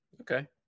okay